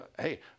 Hey